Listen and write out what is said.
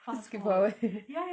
just skip forward hehe